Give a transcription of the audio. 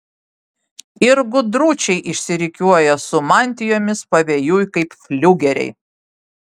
ir gudručiai išsirikiuoja su mantijomis pavėjui kaip fliugeriai